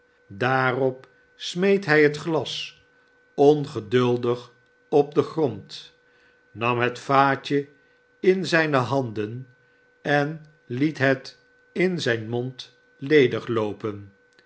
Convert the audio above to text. daarop smeet hij het glas ongeduldig op den grond nam het vaatje in zijne handen en liet het in zijn mond